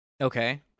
Okay